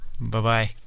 Bye-bye